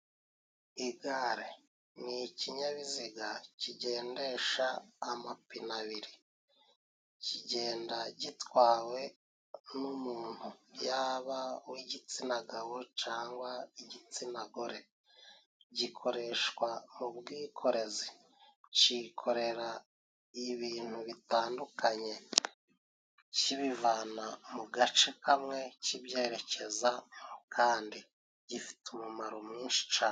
Igare ni ikinyabiziga kigendesha amapine abiri, kigenda gitwawe n'umuntu yaba uw'igitsina gabo cangwa igitsina gore. Gikoreshwa mu bwikorezi kikorera ibintu bitandukanye kibivana mu gace kamwe k'ibyerekeza mu kandi gifite umumaro mwinshi cyane.